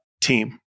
team